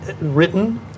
written